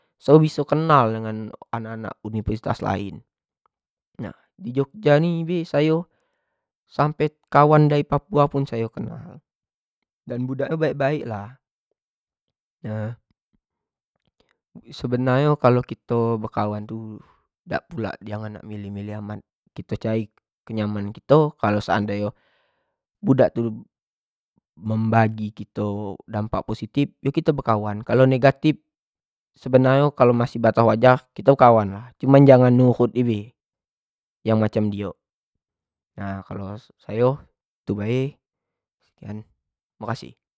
Sayo biso kenal dengan anak-anak dari universitas lain, nah di jogja ni bae sayo sampai kawan budak dari papua pun sayo kenal, dan budak nyo baik-baik lah, nah sebenar nyo kalua kito bekawan tu dak pulak kito nak milih-milih amat kito cari pula lah kenyamanan kito kalo seandai nyo budak itu pula membagi kito dampak postif yo kito bekawan, kalo negative sebanr nyo kalau masaih batas wajar kito bekawan lah, cuma jangan nurut be yang macam dio, nah kalo sayo itu bae sekian mokasih.